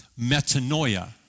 metanoia